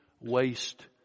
Waste